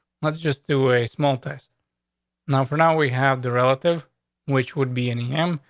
let's just do a small test now. for now, we have the relative which would be in him,